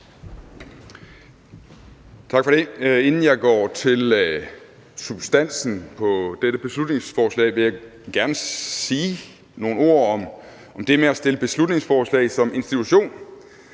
Tak for det. Inden jeg går til substansen i dette beslutningsforslag, vil jeg gerne sige nogle ord om det med at fremsætte beslutningsforslag som institution.